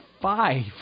five